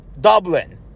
Dublin